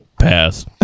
pass